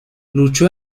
luchó